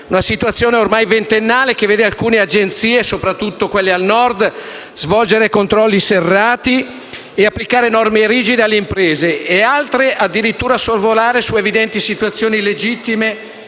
La situazione è ormai ventennale e vede alcune Agenzie, soprattutto quelle al Nord, svolgere controlli serrati e applicare norme rigide alle imprese e altre addirittura sorvolare su evidenti situazioni illegittime